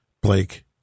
Blake